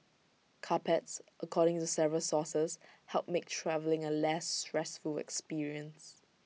carpets according to several sources help make travelling A less stressful experience